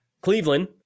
Cleveland